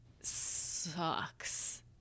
sucks